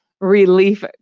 Relief